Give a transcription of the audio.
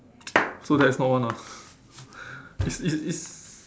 so that's not one ah it's it's it's